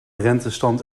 rentestand